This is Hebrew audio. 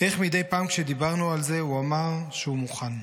איך מדי פעם כשדיברנו על זה הוא אמר שהוא מוכן.